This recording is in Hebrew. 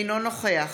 אינו נוכח